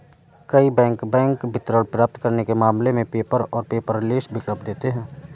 कई bank bank विवरण प्राप्त करने के मामले में पेपर और पेपरलेस विकल्प देते हैं